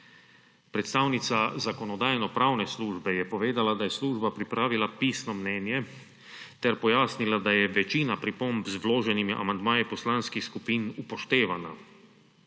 Predstavnica Zakonodajno-pravne službe je povedala, da je služba pripravila pisno mnenje ter pojasnila, da je večina pripomb z vloženimi amandmaji poslanskih skupin upoštevana.